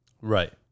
Right